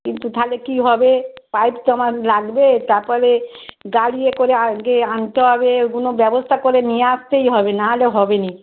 কিন্তু তাহলে কী হবে পাইপ তো আমার লাগবে তার পরে গাড়ি এ করে আগে আনতে হবে ওগুলো ব্যবস্থা করে নিয়ে আসতেই হবে নাহলে হবে না